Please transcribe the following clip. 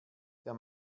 der